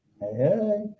Hey